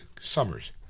Summers